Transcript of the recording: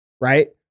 right